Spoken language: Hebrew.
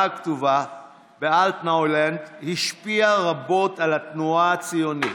הכתובה ב"אלטנוילנד" השפיעה רבות על התנועה הציונית.